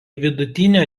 vidutinio